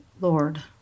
lord